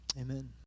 Amen